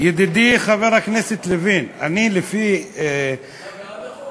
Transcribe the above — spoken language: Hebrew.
ידידי חבר הכנסת לוין, אני לפי, אתה בעד החוק?